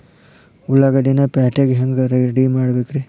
ಉಳ್ಳಾಗಡ್ಡಿನ ಪ್ಯಾಟಿಗೆ ಹ್ಯಾಂಗ ರೆಡಿಮಾಡಬೇಕ್ರೇ?